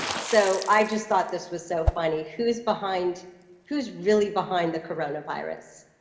so i just thought this was so funny who's behind who's really behind the coronavirus?